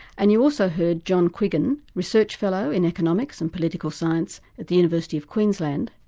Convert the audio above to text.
and you also heard john quiggin, research fellow in economics and political science at the university of queensland.